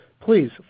please